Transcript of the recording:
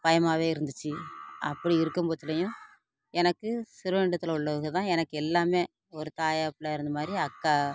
பயமாவே இருந்துச்சு அப்படி இருக்கும்போதுலேயும் எனக்கு ஸ்ரீவைகுண்டத்தில் உள்ளவகள் தான் எனக்கு எல்லாமே ஒரு தாயாக புள்ளையாக இருந்தமாதிரி அக்கா